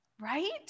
right